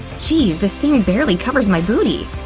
geez, this thing barely covers my booty!